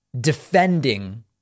defending